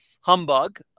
humbug